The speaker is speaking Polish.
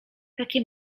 taki